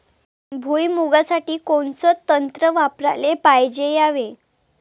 भुइमुगा साठी कोनचं तंत्र वापराले पायजे यावे?